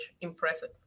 impressive